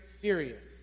serious